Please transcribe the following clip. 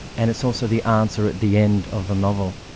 and it's also the answer at the end of the novel.